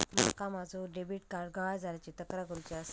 माका माझो debit card गहाळ झाल्याची तक्रार करुची आसा